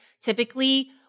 typically